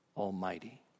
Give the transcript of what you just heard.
Almighty